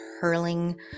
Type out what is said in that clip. hurling